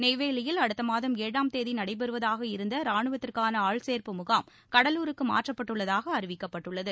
நெய்வேலியில் அடுத்த மாதம் ஏழாம் தேதி நடைபெறுவதாக இருந்து ராணுவத்துக்கான ஆள்சோ்பு முகாம் கடலூருக்கு மாற்றப்பட்டுள்ளதாக அறிவிக்கப்பட்டுள்ளது